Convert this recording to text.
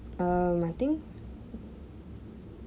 um I think